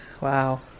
Wow